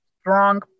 Strong